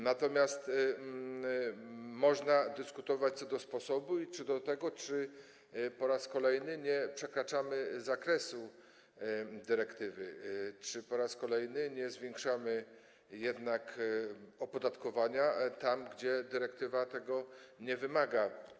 Natomiast można dyskutować co do sposobu i co do tego, czy po raz kolejny nie przekraczamy zakresu dyrektywy, czy po raz kolejny nie zwiększamy opodatkowania tam, gdzie dyrektywa tego nie wymaga.